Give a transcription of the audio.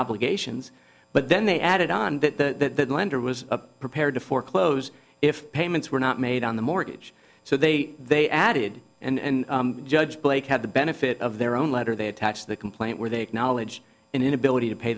obligations but then they added on that lender was prepared to foreclose if payments were not made on the mortgage so they they added and judge blake had the benefit of their own letter they attached the complaint where they acknowledge an inability to pay